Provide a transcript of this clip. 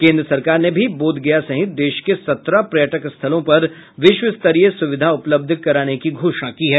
केंद्र सरकार ने भी बोधगया सहित देश के सत्रह पर्यटक स्थलों पर विश्व स्तरीय सुविधा उपलब्ध करने की घोषणा की है